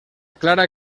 clara